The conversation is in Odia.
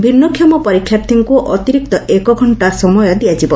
ଭିନୃଷମ ପରୀକ୍ଷାର୍ଥୀଙ୍କୁ ଅତିରିକ୍ତ ଏକଘକ୍କା ସମୟ ଦିଆଯିବ